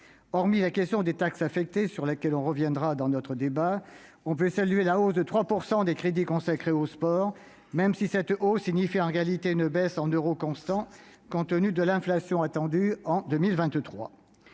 Hormis la question des taxes affectées, sur laquelle nous reviendrons au cours de notre débat, on peut saluer la hausse de 3 % des crédits consacrés au sport, même si cette augmentation signifie en réalité une baisse en euros constants, compte tenu de l'inflation attendue en 2023.